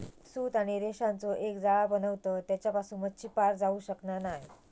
सूत आणि रेशांचो एक जाळा बनवतत तेच्यासून मच्छी पार जाऊ शकना नाय